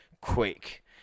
quick